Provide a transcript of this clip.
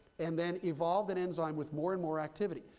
and then evolved an enzyme with more and more activity.